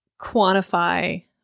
quantify